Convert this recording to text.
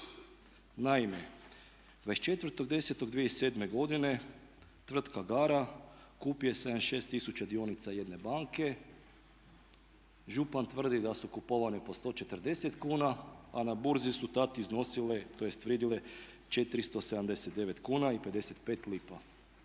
Naime, 24.10.2007. godine tvrtka Gara kupi 76 tisuća jedne banke. Župan tvrdi da su kupovane po 140 kuna a na burzi su tada iznosile tj. vrijedile 479 kuna i 55 lipa.